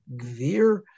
gvir